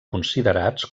considerats